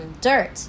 Dirt